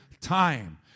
time